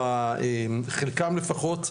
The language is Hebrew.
חלקם לפחות,